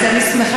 אז אני שמחה,